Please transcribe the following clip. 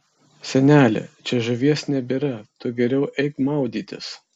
seneli čia žuvies nebėra tu geriau eik maudytis